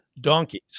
donkeys